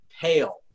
pale